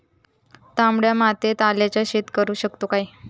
तामड्या मातयेत आल्याचा शेत करु शकतू काय?